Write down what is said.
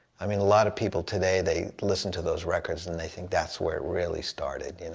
i mean, a lot of people today, they listen to those records and they think that's where it really started. and